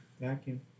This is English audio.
vacuum